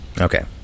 Okay